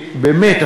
באמת,